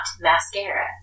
mascara